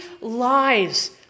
lives